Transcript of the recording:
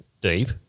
deep